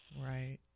Right